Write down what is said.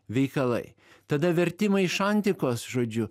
veikalai tada vertimai iš antikos žodžiu